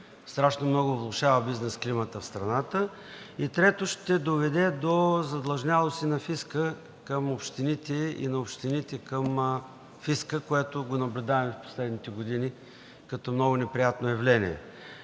страшно много влошава бизнес климата в страната; трето, ще доведе до задлъжнялост и на фиска към общините и на общините към фиска, което го наблюдаваме в последните години като много неприятно явление.